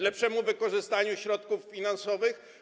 Lepszemu wykorzystaniu środków finansowych?